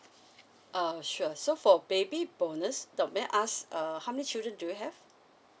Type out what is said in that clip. err sure so for baby bonus the may I ask err how many children do you have